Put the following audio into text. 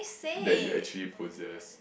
that you actually possess